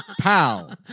pal